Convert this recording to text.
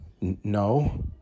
No